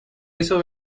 hizo